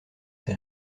ses